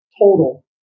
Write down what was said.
total